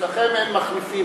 אצלכם אין מחליפים,